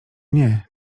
nie